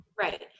Right